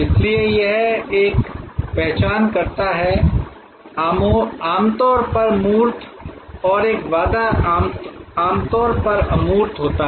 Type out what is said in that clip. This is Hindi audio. इसलिए यह एक पहचानकर्ता है आमतौर पर मूर्त और एक वादा आमतौर पर अमूर्त होता है